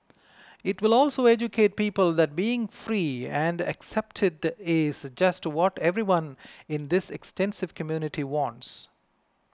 it will also educate people that being free and accepted is just what everyone in this extensive community wants